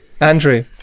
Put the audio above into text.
Andrew